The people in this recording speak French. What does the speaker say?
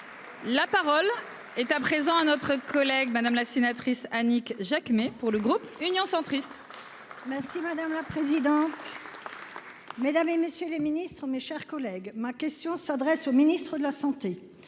La parole est à présent à notre collègue Madame la sénatrice Annick Jacquemet pour le groupe Union centriste. Merci madame la présidente. Mesdames, et messieurs les ministres, mes chers collègues, ma question s'adresse au ministre de la Santé.